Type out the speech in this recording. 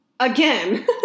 Again